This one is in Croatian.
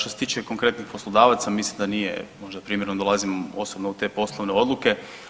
Što se tiče konkretnih poslodavaca mislim da nije možda primjereno da ulazim osobno u te poslovne odluke.